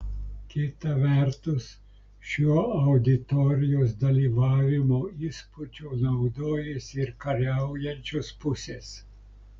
kita vertus šiuo auditorijos dalyvavimo įspūdžiu naudojasi ir kariaujančios pusės